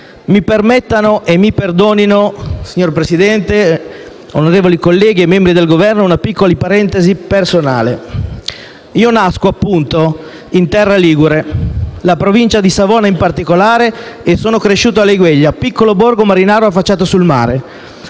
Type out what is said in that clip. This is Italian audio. Mi permettano e mi perdonino, signor Presidente, onorevoli colleghi e membri del Governo, una piccola parentesi personale. Io nasco, appunto, in terra ligure, nella provincia di Savona in particolare, e sono cresciuto a Laigueglia, piccolo borgo marinaro affacciato sul mare,